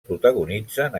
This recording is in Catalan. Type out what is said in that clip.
protagonitzen